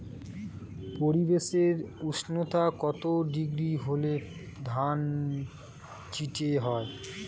পরিবেশের উষ্ণতা কত ডিগ্রি হলে ধান চিটে হয়?